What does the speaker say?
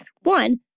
One